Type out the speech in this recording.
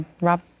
Rob